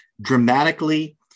dramatically